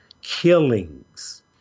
killings